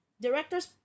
directors